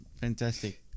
Fantastic